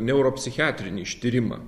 neuro psichiatrinį ištyrimą